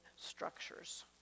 structures